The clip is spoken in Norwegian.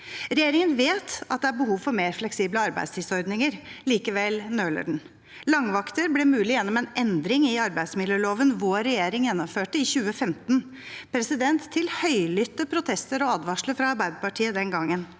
Regjeringen vet at det er behov for mer fleksible arbeidstidsordninger. Likevel nøler den. Langvakter ble mulig gjennom en endring i arbeidsmiljøloven vår regjering gjennomførte i 2015 – til høylytte protester og advarsler fra Arbeiderpartiet den gangen.